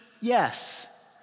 Yes